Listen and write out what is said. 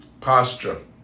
Posture